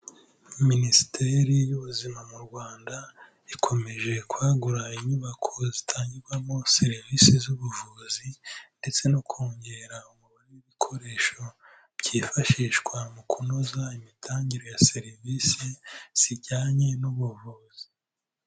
Minisiteri y'ubuzima mu Rwanda ikomeje kwagura inyubako zitangirwamo serivise z'ubuvuzi ndetse no kongera ibikoresho byifashishwa mu kunoza imitangire ya serivise zijyanye n'ubuvuzi.